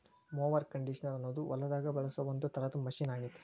mower conditioner ಅನ್ನೋದು ಹೊಲದಾಗ ಬಳಸೋ ಒಂದ್ ತರದ ಮಷೇನ್ ಆಗೇತಿ